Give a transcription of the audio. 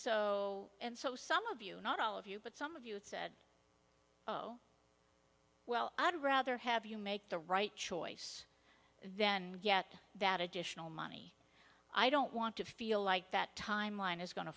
so and so some of you not all of you but some of you had said oh well i'd rather have you make the right choice then get that additional money i don't want to feel like that timeline is going to